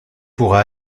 pourra